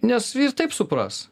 nes taip supras